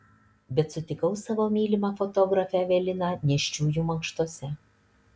bet sutikau savo mylimą fotografę eveliną nėščiųjų mankštose